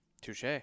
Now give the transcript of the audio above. Touche